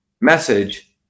message